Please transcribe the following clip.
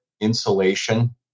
insulation